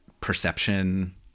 perception